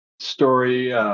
story